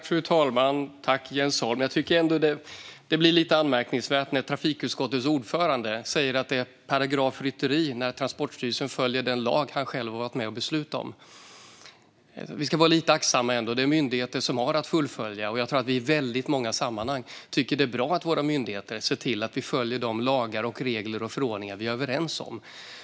Fru talman! Tack, Jens Holm! Det blir lite anmärkningsvärt när trafikutskottets ordförande säger att det är paragrafrytteri när Transportstyrelsen följer den lag han själv har varit med att besluta om. Vi ska vara lite aktsamma. Det är myndigheterna som har att fullfölja, och jag tror att vi i väldigt många sammanhang tycker att det är bra att våra myndigheter ser till att vi följer de lagar, regler och förordningar som vi är överens om.